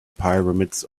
pyramids